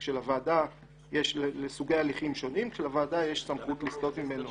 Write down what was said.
של הוועדה לסוגי הליכים שונים כשלוועדה יש סמכות לסטות ממנו